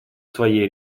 своей